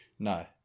No